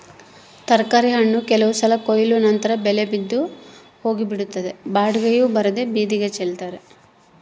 ತರಕಾರಿ ಹಣ್ಣು ಕೆಲವು ಸಲ ಕೊಯ್ಲು ನಂತರ ಬೆಲೆ ಬಿದ್ದು ಹೋಗಿಬಿಡುತ್ತದೆ ಬಾಡಿಗೆಯೂ ಬರದೇ ಬೀದಿಗೆ ಚೆಲ್ತಾರೆ